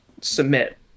submit